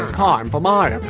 time for my